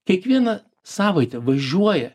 kiekvieną savaitę važiuoja